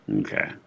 okay